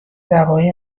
دوای